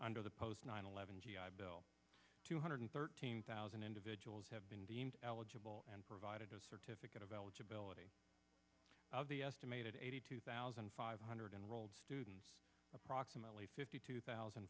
under the post nine eleven g i bill two hundred thirteen thousand individuals have been deemed eligible and provided a certificate of eligibility of the estimated eighty two thousand five hundred enrolled students approximately fifty two thousand